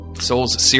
Souls